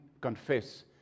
confess